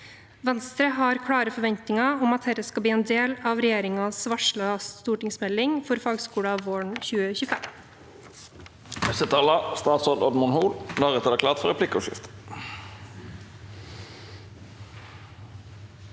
Venstre har klare forventninger om at dette skal bli en del av regjeringens varslede stortingsmelding for fagskolene våren 2025.